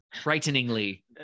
frighteningly